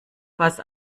was